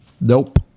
Nope